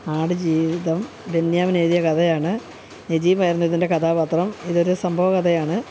ആടുജീവിതം ബെന്യാമിനെഴുതിയ കഥയാണ് നജീബായിരുന്നു ഇതിൻ്റെ കഥാപാത്രം ഇതൊരു സംഭവകഥയാണ്